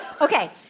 Okay